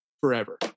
forever